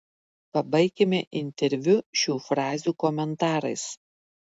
pabaikime interviu šių frazių komentarais